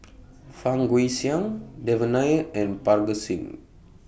Fang Guixiang Devan Nair and Parga Singh